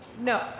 No